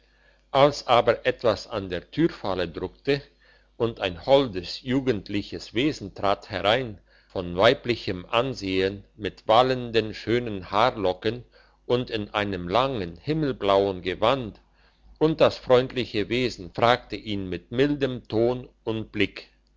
als aber etwas an der türfalle druckte und ein holdes jugendliches wesen trat herein von weiblichem ansehen mit wallenden schönen haarlocken und in einem langen himmelblauen gewand und das freundliche wesen fragte ihn mit mildem ton und blick